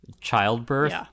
Childbirth